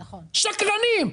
שקרנים.